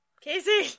Casey